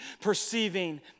perceiving